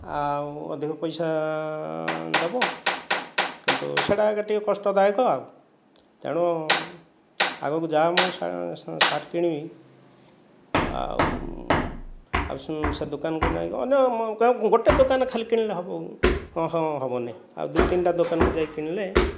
ଆଉ ଅଧିକ ପଇସା ଦେବ କିନ୍ତୁ ସେଟା ଏକା ଟିକେ କଷ୍ଟ ଦାୟକ ଆଉ ତେଣୁ ଆଗକୁ ଯାହା ମୁଁ ଶାର୍ଟ କିଣିବି ଆଉ ଆଉ ସେ ଦୋକାନକୁ ନାହିଁ ଅନ୍ୟ ଗୋଟିଏ ଦୋକାନରେ ଖାଲି କିଣିଲେ ହେବ ହଁ ହଁ ହେବ ନାହିଁ ଆଉ ଦୁଇ ତିନିଟା ଦୋକାନକୁ ଯାଇ କିଣିଲେ